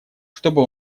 чтобы